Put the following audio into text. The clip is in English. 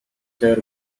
there